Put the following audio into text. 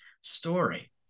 story